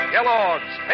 Kellogg's